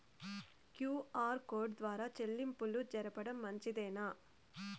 QR code ద్వారా చెల్లింపులు జరపడం మంచిదేనా?